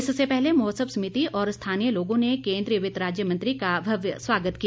इससे पहले महोत्सव समिति और स्थानीय लोगों ने केन्द्रीय वित्त राज्य मंत्री का भव्य स्वागत किया